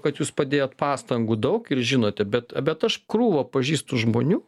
kad jūs padėjot pastangų daug ir žinote bet bet aš krūva pažįstu žmonių